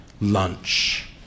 lunch